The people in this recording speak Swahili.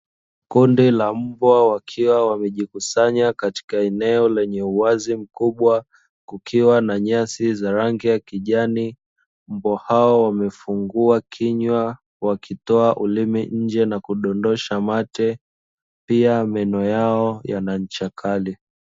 Kundi la mbwa wakiwa wamejikusanya katika eneo lenye uwazi mkubwa, kukiwa na nyasi za rangi ya kijani, Mbwa hao wamefungua kinywa wakitoa ulimi nje na kudondosha mate, pia meno yao yana ncha kali.